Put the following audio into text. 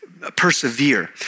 persevere